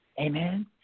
Amen